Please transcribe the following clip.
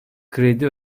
kredi